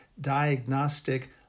diagnostic